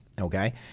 okay